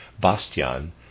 Bastian